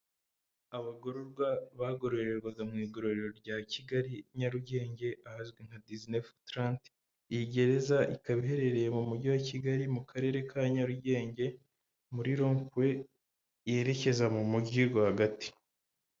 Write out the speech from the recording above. Abagororwa bagororerwaga mu igororero rya kigali nyarugenge ahazwi nka dizinefi tranti. Iyi gereza ikaba iherereye mu mujyi wa kigali mu karere ka nyarugenge muri rompuwe yerekeza mu mujyi rwagati.